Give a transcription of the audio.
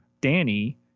Danny